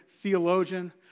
theologian